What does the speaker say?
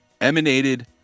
Emanated